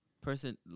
person